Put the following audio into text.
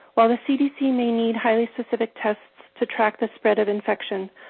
while the cdc may need highly specific tests to track the spread of infection,